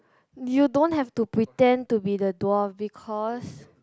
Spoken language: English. you don't have to pretend to be the dwarf because